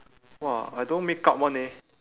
!wow! I don't makeup one eh